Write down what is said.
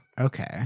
Okay